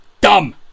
Dumb